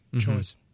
choice